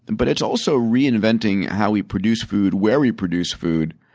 but it's also reinventing how we produce food, where we produce food,